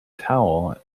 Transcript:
towel